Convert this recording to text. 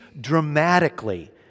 dramatically